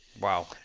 Wow